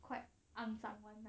quite 肮脏 [one] ah